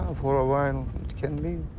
ah for a while, it can be.